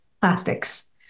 plastics